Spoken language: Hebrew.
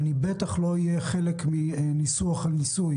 אני בטח לא יהיה חלק מניסוח הניסוי,